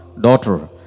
daughter